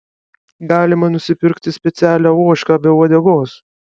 galima nusipirkti specialią ožką be uodegos